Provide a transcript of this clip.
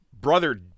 brother